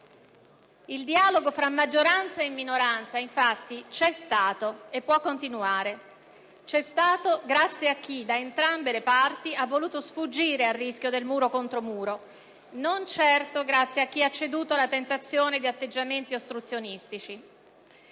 Il dialogo fra maggioranza e minoranza, infatti, c'è stato e può continuare. C'è stato grazie a chi da entrambe le parti ha voluto sfuggire al rischio del muro contro muro, non certo grazie a chi ha ceduto alla tentazione di atteggiamenti ostruzionistici.